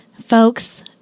Folks